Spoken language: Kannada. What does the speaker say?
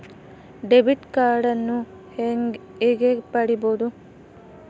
ಡೆಬಿಟ್ ಕಾರ್ಡನ್ನು ಹೇಗೆ ಪಡಿಬೋದು?